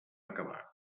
acabar